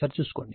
సరిచూసుకోండి